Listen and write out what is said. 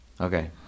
okay